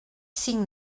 cinc